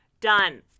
Done